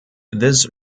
this